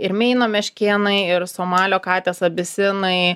ir meino meškėnai ir somalio katės abisinai